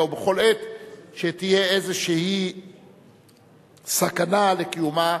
ובכל עת כשתהיה איזושהי סכנה לקיומה